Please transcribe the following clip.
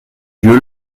lieu